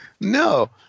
No